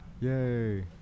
Yay